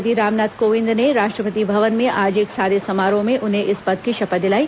राष्ट्रपति रामनाथ कोविंद ने राष्ट्रपति भवन में आज एक सादे समारोह में उन्हें इस पद की शपथ दिलाई